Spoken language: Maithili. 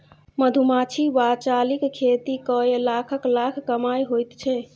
मधुमाछी वा चालीक खेती कए लाखक लाख कमाई होइत छै